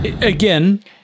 Again